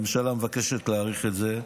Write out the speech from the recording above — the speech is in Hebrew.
הממשלה מבקשת להאריך את זה.